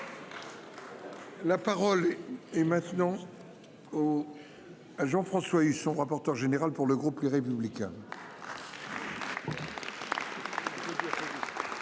La parole est maintenant. Aux. Jean-François Husson, rapporteur général pour le groupe Les Républicains.